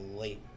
late